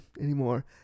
anymore